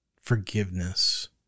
forgiveness